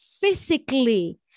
physically